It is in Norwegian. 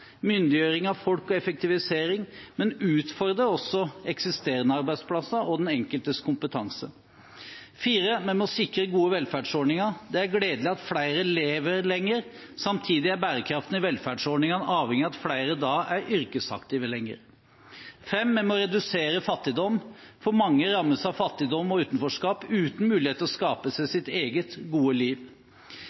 myndiggjøring av folk og effektivisering, men utfordrer også eksisterende arbeidsplasser og den enkeltes kompetanse. Vi må sikre gode velferdsordninger. Det er gledelig at flere lever lenger. Samtidig er bærekraften i velferdsordningene avhengig av at flere da er yrkesaktive lenger. Vi må redusere fattigdom. For mange rammes av fattigdom og utenforskap, uten mulighet til å skape seg sitt eget gode liv.